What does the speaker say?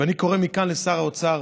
ואני קורא מכאן לשר האוצר: